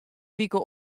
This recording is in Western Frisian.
wike